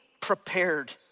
prepared